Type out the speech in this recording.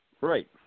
Right